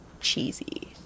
cheesy